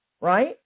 right